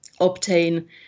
obtain